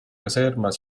caserma